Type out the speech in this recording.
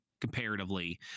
comparatively